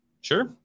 Sure